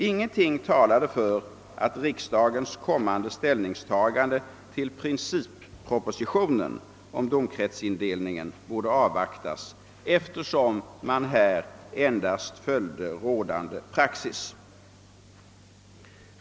Ingenting talade för att riksdagens kommande ställningstagande till princippropositionen om domkretsindelningen borde avvaktas, eftersom man endast följt rådande Praxis.